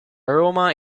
roma